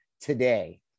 today